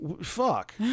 fuck